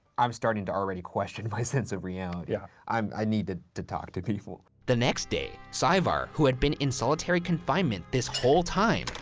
i'm starting to already question my sense of reality. yeah i need to to talk to people. the next day, saevar, who had been in solitary confinement this whole time,